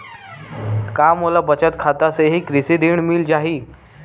का मोला बचत खाता से ही कृषि ऋण मिल जाहि?